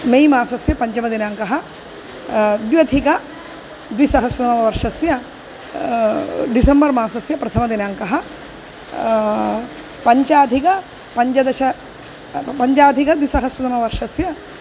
मै मासस्य पञ्चमदिनाङ्कः द्व्यधिकद्विसहस्रतमवर्षस्य डिसेम्बर् मासस्य प्रथमदिनाङ्कः पञ्चाधिकपञ्चदश पञ्चाधिकद्विसहस्रतमवर्षस्य